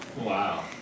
Wow